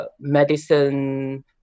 medicine